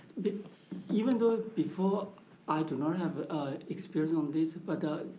even though before i do not have experience on this. but